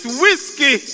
whiskey